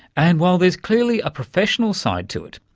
and while there's clearly a professional side to it,